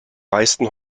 meisten